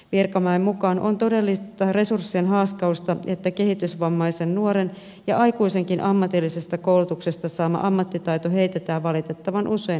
virkamäen mukaan on todellista resurssien haaskausta että kehitysvammaisen nuoren ja aikuisenkin ammatillisesta koulutuksesta saama ammattitaito heitetään valitettavan usein hukkaan